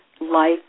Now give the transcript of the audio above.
Life